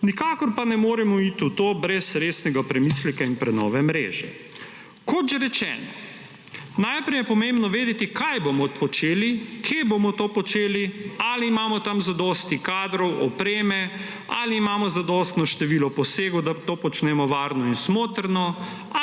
Nikakor pa ne moremo iti v to brez resnega premisleka in prenove mreže. Kot že rečeno, najprej je pomembno vedeti, kaj bomo počeli, kje bomo to počeli, ali imamo tam zadosti kadrov, opreme, ali imamo zadostno število posegov, da to počnemo varno in smotrno, ali